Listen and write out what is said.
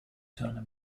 turner